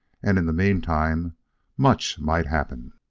and in the meantime much might happen.